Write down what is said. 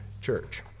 church